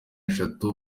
eshatu